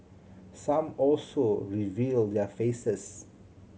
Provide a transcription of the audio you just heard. some also reveal their faces